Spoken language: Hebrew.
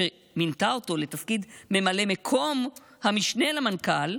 שמינתה אותו לתפקיד ממלא מקום המשנה למנכ"ל,